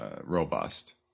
robust